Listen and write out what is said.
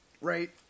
Right